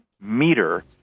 meter